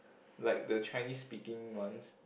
like the Chinese speaking ones